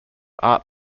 art